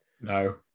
No